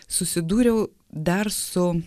susidūriau dar su